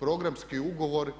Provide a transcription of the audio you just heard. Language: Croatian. Programski ugovor